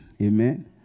Amen